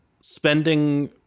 spending